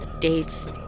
Dates